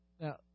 Now